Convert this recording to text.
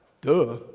Duh